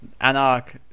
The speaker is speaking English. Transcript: anarch